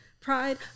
Pride